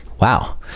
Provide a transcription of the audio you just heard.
Wow